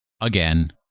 Again